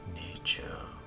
nature